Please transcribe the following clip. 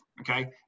Okay